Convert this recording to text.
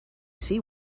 see